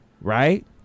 right